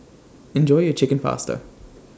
Enjoy your Chicken Pasta